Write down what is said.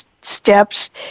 steps